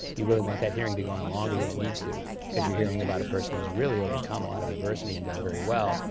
you really want that hearing to go on longer than it needs too cause you're hearing about a person who's really overcome a lot of adversity and done very well.